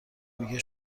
میگه